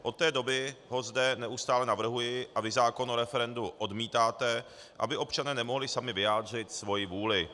Od té doby ho zde neustále navrhuji, a vy zákon o referendu odmítáte, aby občané nemohli sami vyjádřit svoji vůli.